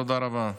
תודה רבה.